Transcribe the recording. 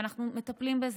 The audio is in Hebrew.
ואנחנו מטפלים בזה.